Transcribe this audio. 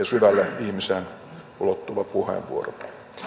syvälle ihmiseen ulottuva puheenvuoro